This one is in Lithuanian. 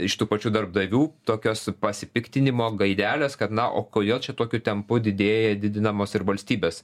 iš tų pačių darbdavių tokios pasipiktinimo gaidelės kad na o kodėl čia tokiu tempu didėja didinamos ir valstybės